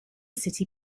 city